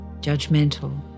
judgmental